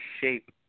shape